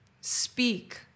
Speak